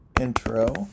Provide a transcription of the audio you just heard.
intro